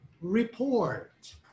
report